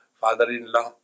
father-in-law